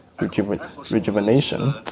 rejuvenation